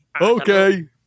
Okay